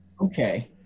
Okay